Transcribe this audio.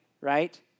right